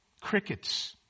Crickets